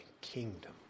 kingdom